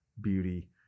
beauty